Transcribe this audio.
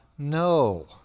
No